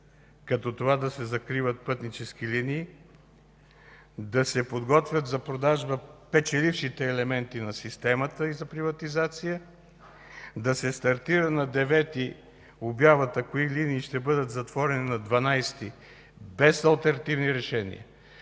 като това да се закриват пътнически линии, да се подготвят за продажба печелившите елементи на системата, за приватизация, да се стартира на 9-и обявата кои линии ще бъдат затворени на 12-и, без алтернативни решения,